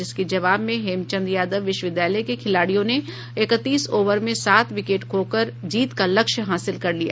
जिसके जवाब में हेमचंद यादव विश्वविद्यालय के खिलाड़ियों ने इकतीस ओवर में सात विकेट खोकर जीत का लक्ष्य हासिल कर लिया